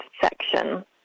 section